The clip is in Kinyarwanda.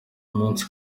umunsi